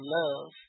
love